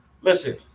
listen